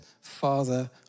Father